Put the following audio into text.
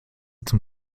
zum